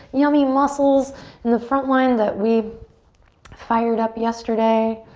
yummy muscles in the front line that we fired up yesterday.